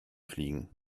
fliegen